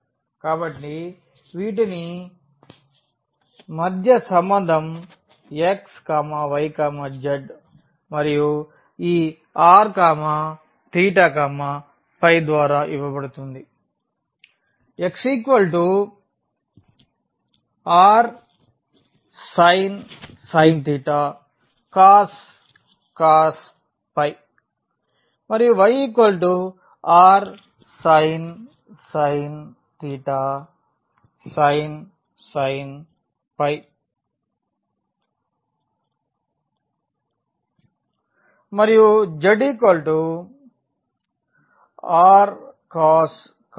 కాబట్టి వీటిని మధ్య సంబంధం x y z మరియు ఈ r θ ϕ ద్వారా ఇవ్వబడుతుంది x r cos మరియు y r మరియు z rcos